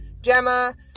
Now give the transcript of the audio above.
Gemma